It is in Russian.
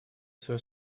свой